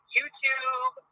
YouTube